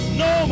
no